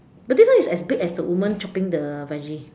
but this one is as big as the woman chopping the veggie